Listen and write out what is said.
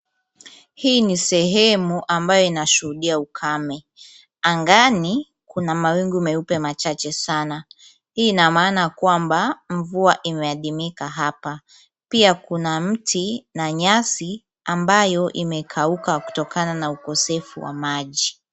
Hii ni sehemu ambayo inashuhudia ukame. Angani kuna mawingu meupe machache sana. Hii ina maana kwamba mvua imeadimika hapa. Pia kuna mti na nyasi ambayo imekauka kutokana na ukosefu wa maji.